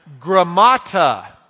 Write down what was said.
Gramata